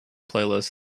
playlist